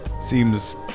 seems